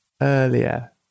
earlier